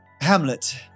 Hamlet